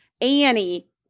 Annie